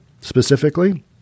specifically